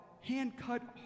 hand-cut